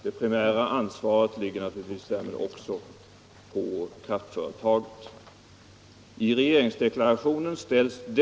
Det primära ansvaret ligger naturligtvis därmed också på kraftföretaget.